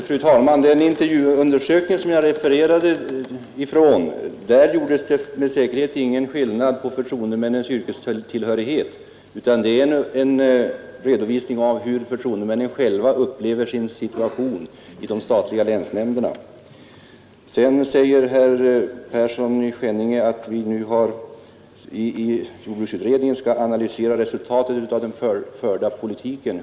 Fru talman! I den intervjuundersökning som jag refererade gjordes säkerligen ingen skillnad när det gällde förtroendemännens yrkestillhörighet. Den utgör en redovisning av hur förtroendemännen själva upplever sin situation i de statliga länsnämnderna. Herr Persson i Skänninge säger att vi i jordbruksutredningen skall analysera resultatet av den förda jordbrukspolitiken.